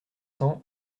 cents